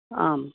आम्